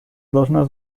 должна